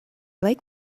like